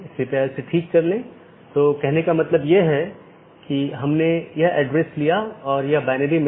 इसलिए जब कोई असामान्य स्थिति होती है तो इसके लिए सूचना की आवश्यकता होती है